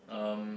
um